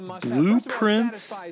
blueprints